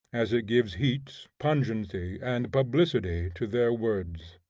as it gives heat, pungency, and publicity to their words.